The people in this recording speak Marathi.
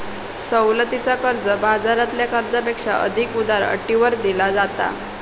सवलतीचा कर्ज, बाजारातल्या कर्जापेक्षा अधिक उदार अटींवर दिला जाता